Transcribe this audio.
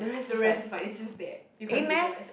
the rest is fine is just that you can't visualise